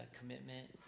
commitment